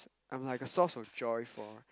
I'm like a source of joy for